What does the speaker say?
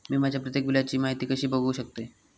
मी माझ्या प्रत्येक बिलची माहिती कशी बघू शकतय?